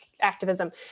activism